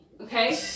okay